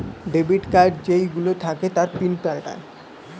debit card যেই গুলো থাকে তার পিন পাল্টায়ে